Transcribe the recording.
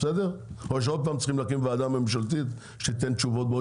או שעוד פעם צריך להקים ועדה ממשלתית שתיתן תשובות בעוד